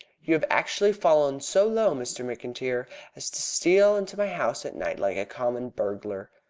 you have actually fallen so low, mr. mcintyre, as to steal into my house at night like a common burglar.